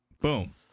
Boom